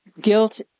Guilt